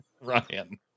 Ryan